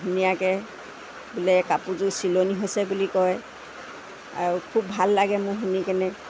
ধুনীয়াকৈ বোলে কাপোৰযোৰ চিলনি হৈছে বুলি কয় আৰু খুব ভাল লাগে মোৰ শুনি কেনে